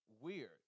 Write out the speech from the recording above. weird